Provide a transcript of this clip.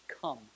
come